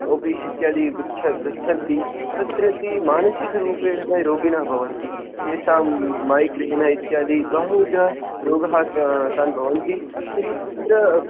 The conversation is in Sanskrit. ओफीस् इत्यादि ग गच्छन्ति तत्र ते मानसिकरूपेणः रोगिणः भवन्ति तेसां मैग्रेन् इत्यादि बहुविधरोगाः त तान् भवन्ति तर्हि तत्र